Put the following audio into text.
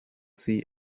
see